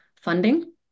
funding